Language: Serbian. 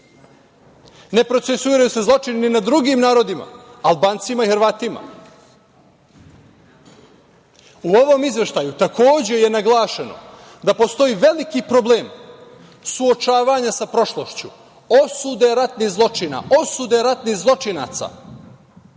Ne procesuiraju se zličini ni na drugim narodima, Albancima i Hrvatima. U ovom izveštaju takođe je naglašeno da postoji veliki problem suočavanja sa prošlošću osude ratnih zločina, sude ratnih zločinaca,